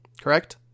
Correct